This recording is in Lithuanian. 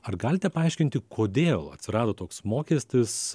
ar galite paaiškinti kodėl atsirado toks mokestis